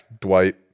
dwight